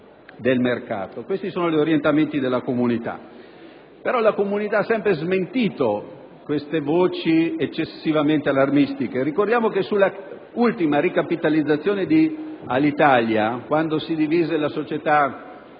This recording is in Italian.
questi sono gli orientamenti della Comunità. Però la Comunità ha sempre smentito queste voci eccessivamente allarmistiche: ricordiamo che in occasione dell'ultima ricapitalizzazione di Alitalia, quando si divise la società